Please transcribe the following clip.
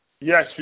Yes